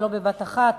ולא בבת אחת,